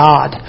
God